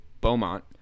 Beaumont